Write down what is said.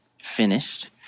finished